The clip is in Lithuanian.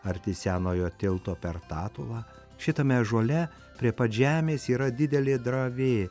arti senojo tilto per tatulą šitame ąžuole prie pat žemės yra didelė dravė